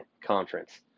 Conference